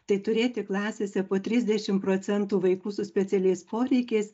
tai turėti klasėse po trisdešim procentų vaikų su specialiais poreikiais